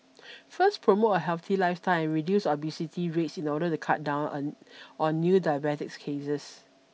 first promote a healthy lifestyle reduce obesity rates in order to cut down on on new diabetes cases